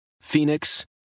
Phoenix